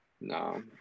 No